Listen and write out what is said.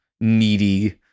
needy